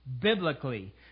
biblically